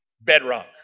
Bedrock